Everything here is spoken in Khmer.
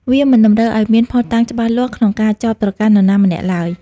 វាមិនតម្រូវឱ្យមានភស្តុតាងច្បាស់លាស់ក្នុងការចោទប្រកាន់នរណាម្នាក់ឡើយ។